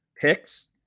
picks